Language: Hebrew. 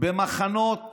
במחנות